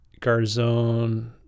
Garzone